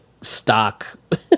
stock